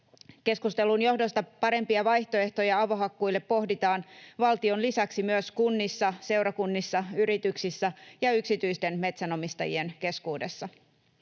Keskustelun johdosta parempia vaihtoehtoja avohakkuille pohditaan valtion lisäksi myös kunnissa, seurakunnissa, yrityksissä ja yksityisten metsänomistajien keskuudessa.